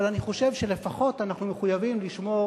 אבל אני חושב שלפחות אנחנו מחויבים לשמור